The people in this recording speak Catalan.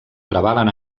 prevalen